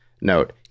Note